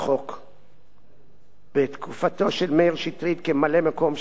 בתקופתו של מאיר שטרית כממלא-מקומו של חיים רמון.